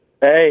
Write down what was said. Hey